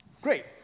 Great